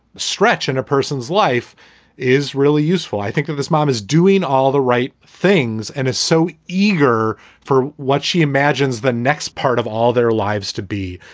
stretch in a person's life is really useful. i think that this mom is doing all the right. things and as so eager for what she imagines the next part of all their lives to be,